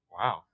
Wow